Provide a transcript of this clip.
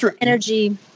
energy